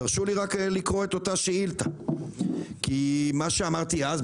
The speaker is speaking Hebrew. תרשו לי לקרוא את אותה שאילתה כי מה שאמרתי אז,